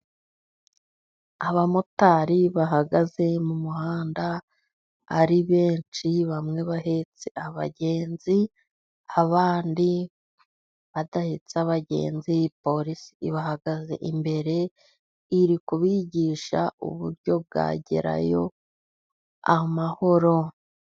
Abamotari bahagaze mu muhanda ari benshi, bamwe bahetse abagenzi, abandi badahetse abagenzi, Porisi ibahagaze imbere, iri kubigisha uburyo bwa Gerayo amahoro.